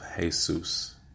Jesus